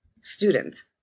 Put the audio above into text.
student